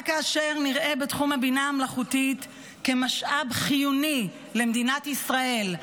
רק כאשר נראה בתחום הבינה המלאכותית משאב חיוני למדינת ישראל,